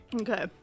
Okay